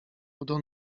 udo